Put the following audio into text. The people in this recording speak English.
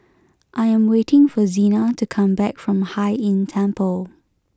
I am waiting for Zena to come back from Hai Inn Temple